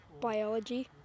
biology